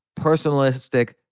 personalistic